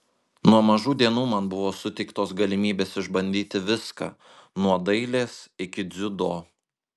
nuo mažų dienų man buvo suteiktos galimybės išbandyti viską nuo dailės iki dziudo